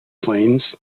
plains